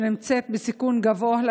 שנמצאת בסיכון גבוה,